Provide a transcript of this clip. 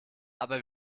aber